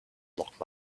lock